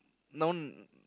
no